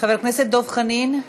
חבר הכנסת דב חנין.